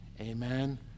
Amen